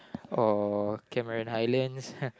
or Cameron-highlands